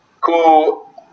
Cool